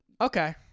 Okay